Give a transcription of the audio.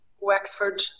Wexford